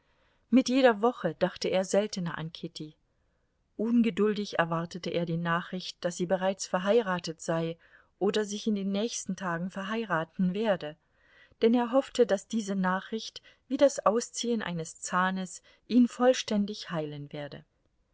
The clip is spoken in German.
mit jeder woche dachte er seltener an kitty ungeduldig erwartete er die nachricht daß sie bereits verheiratet sei oder sich in den nächsten tagen verheiraten werde denn er hoffte daß diese nachricht wie das ausziehen eines zahnes ihn vollständig heilen werde